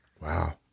Wow